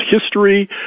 history